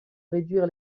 réduire